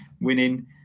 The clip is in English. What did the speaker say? winning